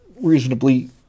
reasonably